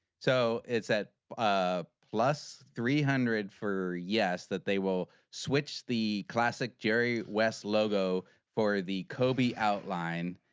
so it's at ah plus three hundred for yes that they will switch the classic jerry west logo for the kobe outline